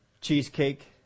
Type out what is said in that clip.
cheesecake